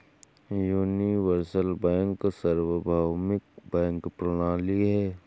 universal bank सार्वभौमिक bank प्रणाली है